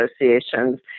associations